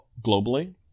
globally